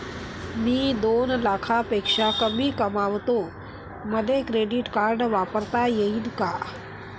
मी दोन लाखापेक्षा कमी कमावतो, मले क्रेडिट कार्ड वापरता येईन का?